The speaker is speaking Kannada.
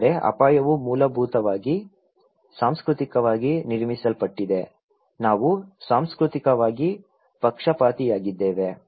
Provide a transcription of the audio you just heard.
ಆದರೆ ಅಪಾಯವು ಮೂಲಭೂತವಾಗಿ ಸಾಂಸ್ಕೃತಿಕವಾಗಿ ನಿರ್ಮಿಸಲ್ಪಟ್ಟಿದೆ ನಾವು ಸಾಂಸ್ಕೃತಿಕವಾಗಿ ಪಕ್ಷಪಾತಿಯಾಗಿದ್ದೇವೆ